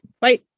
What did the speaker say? Bye